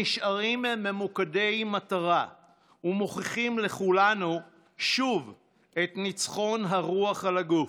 נשארים ממוקדי מטרה ומוכיחים לכולנו שוב את ניצחון הרוח על הגוף.